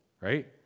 right